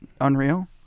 unreal